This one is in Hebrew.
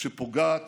שפוגעת